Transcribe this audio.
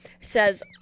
says